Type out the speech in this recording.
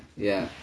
ya